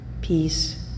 Peace